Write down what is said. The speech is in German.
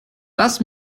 das